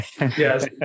Yes